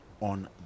on